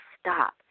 stop